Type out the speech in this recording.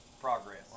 progress